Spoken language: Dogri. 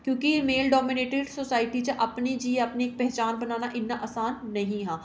क्योंकि मेल डोमिनेटेड सोसायटी च अपनी जियै अपनी पहचान बनाना इन्ना असान नहीं हा